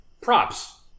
props